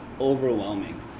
overwhelming